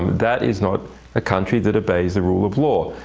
that is not a country that obeys the rule of law.